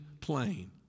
plane